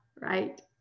right